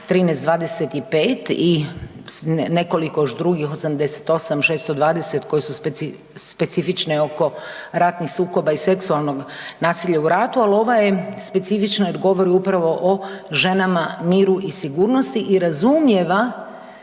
1325 i nekoliko još drugih 88, 620 koje su specifične oko ratnih sukoba i seksualnog nasilja u ratu, al ova je specifična jer govori upravo o ženama, miru i sigurnosti i razumijeva